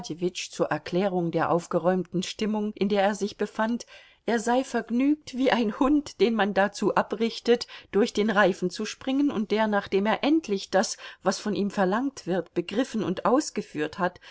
zur erklärung der aufgeräumten stimmung in der er sich befand er sei vergnügt wie ein hund den man dazu abrichtet durch den reifen zu springen und der nachdem er endlich das was von ihm verlangt wird begriffen und ausgeführt hat